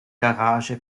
garage